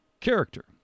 character